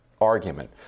argument